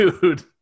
Dude